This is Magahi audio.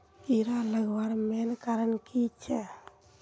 कीड़ा लगवार मेन कारण की छे?